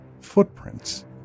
Footprints